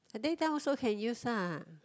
at daytime also can use ah